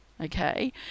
okay